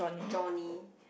Johnny